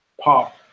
pop